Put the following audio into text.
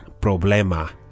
Problema